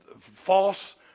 false